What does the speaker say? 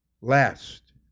last